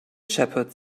shepherd